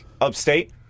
upstate